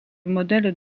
modèle